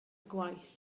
gwaith